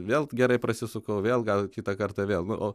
vėl gerai prasisukau vėl gal kitą kartą vėl o